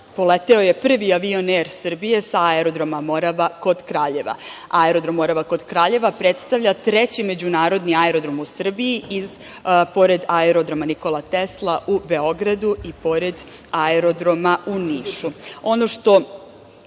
poleteo je prvi avion „Er Srbije“ sa aerodroma „Morava“ kod Kraljeva. Aerodrom „Morava“ kod Kraljeva predstavlja treći međunarodni aerodrom u Srbiji, pored aerodroma „Nikola Tesla“ u Beogradu i pored aerodroma u Nišu. Ono što